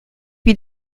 wie